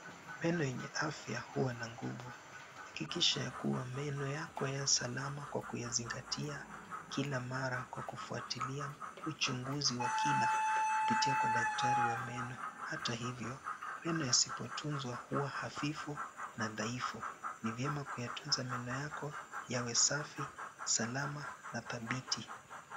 Meno yenye afya huwa na nguvu, hakikisha ya kuwa meno yako ya salama kwa kuyazingatia kila mara kwa kufuatilia uchunguzi wa kina kupitia kwa daktari wa meno. Hata hivyo meno yasipotunzwa huwa hafifu na dhaifu. Ni vyema kuyatunza meno yako yawe safi, salama na dhabiti.